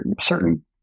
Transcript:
certain